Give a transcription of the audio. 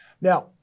now